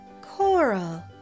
Coral